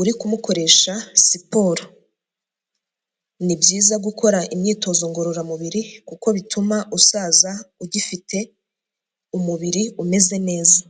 uri kumukoresha siporo. Ni byiza gukora imyitozo ngororamubiri kuko bituma usaza ugifite umubiri umeze neza.